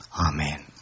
Amen